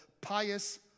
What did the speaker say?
pious